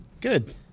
Good